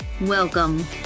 Welcome